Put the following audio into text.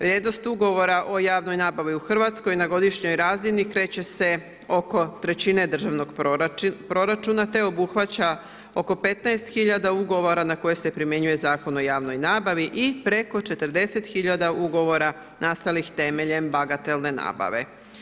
Vrijednost ugovora o javnoj nabavi u Hrvatskoj na godišnjoj razini kreće se oko trećine državnog proračuna te obuhvaća oko 15 000 ugovora na koje se primjenjuje Zakon o javnoj nabavi i preko 40 000 ugovora nastalih temeljem bagatelne nabave.